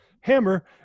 hammer